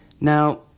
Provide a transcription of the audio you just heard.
Now